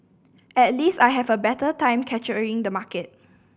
at least I have a better time capturing the market